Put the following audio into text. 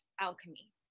alchemy